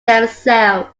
themselves